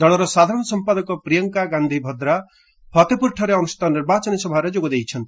ଦଳର ସାଧାରଣ ସମ୍ପାଦକ ପ୍ରିୟଙ୍କା ଗାନ୍ଧି ଭଦ୍ରା ଫତେପୁରରେ ନିର୍ବାଚନୀ ସଭାରେ ଯୋଗଦେଇଛନ୍ତି